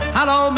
Hello